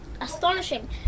astonishing